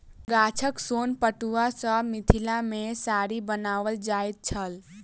गाछक सोन पटुआ सॅ मिथिला मे साड़ी बनाओल जाइत छल